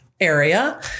area